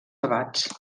debats